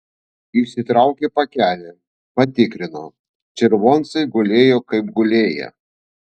išsitraukė pakelį patikrino červoncai gulėjo kaip gulėję